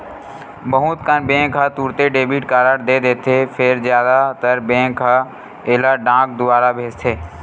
बहुत कन बेंक ह तुरते डेबिट कारड दे देथे फेर जादातर बेंक ह एला डाक दुवार भेजथे